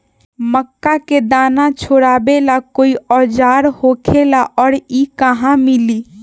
मक्का के दाना छोराबेला कोई औजार होखेला का और इ कहा मिली?